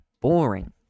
boring